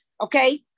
okay